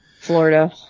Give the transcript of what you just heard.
Florida